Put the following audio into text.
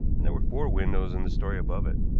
and there were four windows in the story above it.